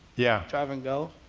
yeah. drive and go.